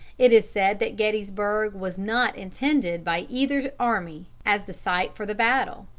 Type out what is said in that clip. it is said that gettysburg was not intended by either army as the site for the battle,